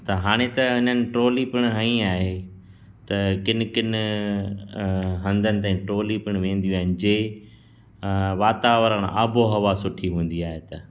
त हाणे त हिननि ट्रॉली पिणु हईं आहे त किनि किनि हधंनि ताईं ट्रॉली पिणु वेंदियूं आहिनि जे वातावरणु आबो हवा सुठी हूंदी आहे त